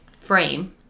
frame